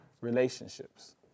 relationships